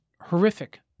horrific